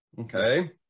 okay